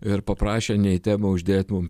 ir paprašę ne į temą uždėt mum